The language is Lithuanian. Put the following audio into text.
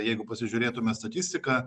jeigu pasižiūrėtume statistiką